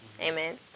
Amen